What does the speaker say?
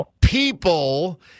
people